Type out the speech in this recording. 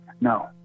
No